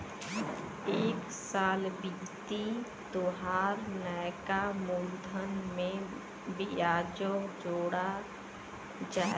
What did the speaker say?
एक साल बीती तोहार नैका मूलधन में बियाजो जोड़ा जाई